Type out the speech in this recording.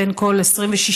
בין כל ה-26,